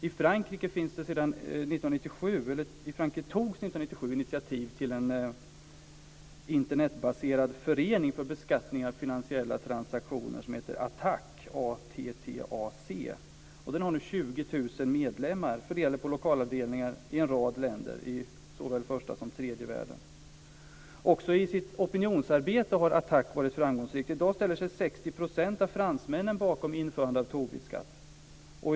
I Frankrike togs 1997 initiativ till en Internetbaserad förening för beskattning av finansiella transaktioner, ATTAC, som nu har 20 000 medlemmar fördelade på lokalavdelningar i en rad länder i såväl första som tredje världen. Också i sitt opinionsarbete har ATTAC varit framgångsrikt. I dag ställer sig 60 % av fransmännen bakom införandet av en Tobinskatt.